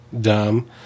dumb